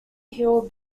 hill